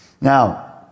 Now